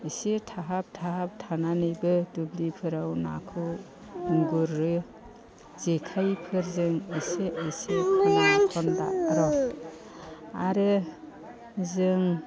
एसे थाहाब थाहाब थानानैबो दुब्लिफोराव नाखौ गुरो जेखाइफोरजों इसे इसे खना खनला आरो जों